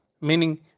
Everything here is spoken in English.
meaning